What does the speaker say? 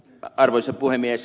arvoisa puhemies